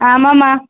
ஆமாம்மா